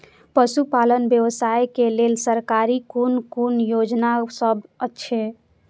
पशु पालन व्यवसाय के लेल सरकारी कुन कुन योजना सब छै?